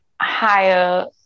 higher